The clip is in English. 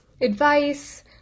advice